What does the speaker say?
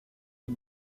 aux